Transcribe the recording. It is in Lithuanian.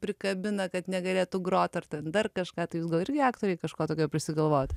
prikabina kad negalėtų groti ar dar kažką tai irgi aktoriai kažko tokio prisigalvojat